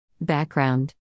Background